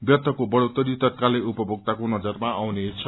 व्यर्थको बढ़ोत्तरी तत्कालै उपभोक्ताको नजरमा आउनेछ